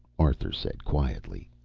arthur said quietly.